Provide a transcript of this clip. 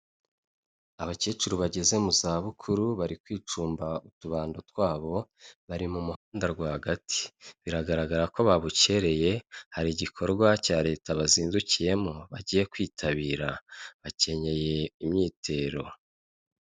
Abakecuru bageze mu izabukuru bari kwicumba utubando twabo, bari mu muhanda rwagati biragaragara ko babukereye hari igikorwa cya leta bazindukiyemo bagiye kwitabira bakenyeye imyitero.